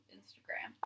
Instagram